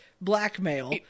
blackmail